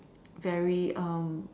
very um